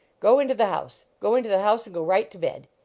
go into the house! go into the house and go right to bed!